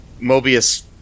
Mobius